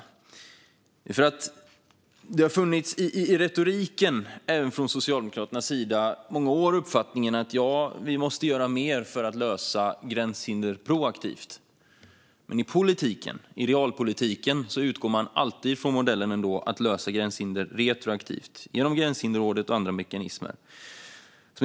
Under många år har det i retoriken från Socialdemokraternas sida hörts att mer måste göras för att lösa problemen med gränshinder proaktivt. Men i realpolitiken utgår man alltid från modellen att lösa problemen med gränshinder retroaktivt genom Gränshinderrådet och andra mekanismer.